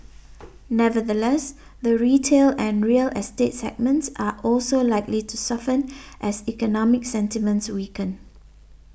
nevertheless the retail and real estate segments are also likely to soften as economic sentiments weaken